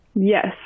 Yes